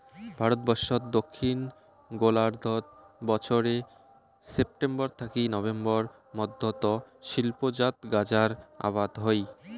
ভারতবর্ষত দক্ষিণ গোলার্ধত বছরে সেপ্টেম্বর থাকি নভেম্বর মধ্যত শিল্পজাত গাঁজার আবাদ হই